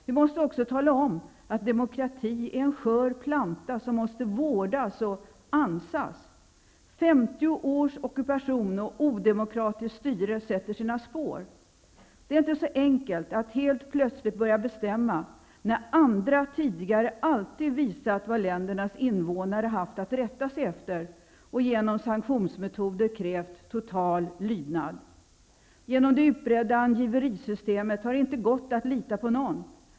Vi måste också tala om att demokrati är en skör planta som måste vårdas och ansas. Femtio års ockupation och odemokratiskt styre sätter sina spår. Det är inte så enkelt att helt plötsligt börja bestämma, när andra tidigare alltid visat vad ländernas invånare haft att rätta sig efter och genom sanktionsmetoder krävt total lydnad. På grund av det utbredda angiverisystemet har det inte gått att lita på någon.